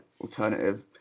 alternative